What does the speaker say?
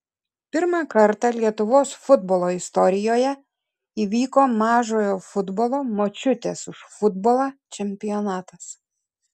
pirmą kartą lietuvos futbolo istorijoje įvyko mažojo futbolo močiutės už futbolą čempionatas